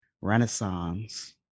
renaissance